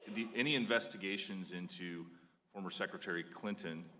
any investigations into former secretary clinton,